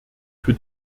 für